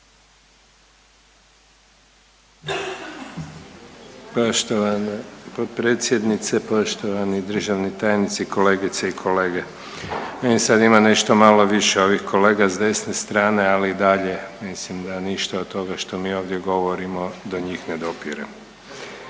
Poštovana potpredsjednice, poštovani državni tajnici, kolegice i kolege. Sada ima nešto malo više ovih kolega s desne strane, ali i dalje mislim da ništa od toga što mi ovdje govorimo do njih ne dopire.